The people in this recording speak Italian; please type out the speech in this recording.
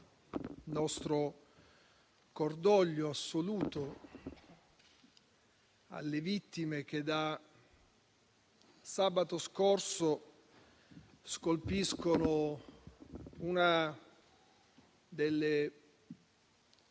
cordoglio alle vittime che da sabato scorso scolpiscono una delle